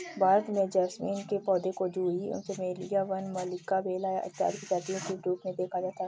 भारत में जैस्मीन के पौधे को जूही चमेली वन मल्लिका बेला इत्यादि प्रजातियों के रूप में देखा जाता है